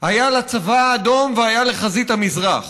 היה לצבא האדום ולחזית המזרח.